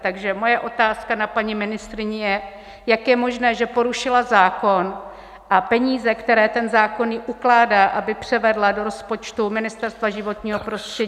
Takže moje otázka na paní ministryni je, jak je možné, že porušila zákon a peníze, které jí zákon ukládá, aby převedla do rozpočtu Ministerstva životního prostředí